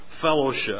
fellowship